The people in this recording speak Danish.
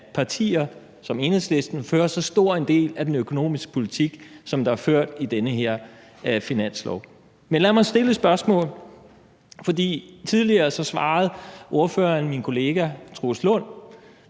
partier som Enhedslisten føre så stor en del af den økonomiske politik, som der er ført i den her finanslov. Men lad mig stille et spørgsmål. Tidligere svarede ordføreren min kollega hr. Troels Lund